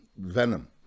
venom